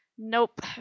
Nope